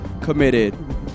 committed